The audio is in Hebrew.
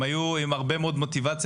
הם היו עם הרבה מאוד מוטיבציה,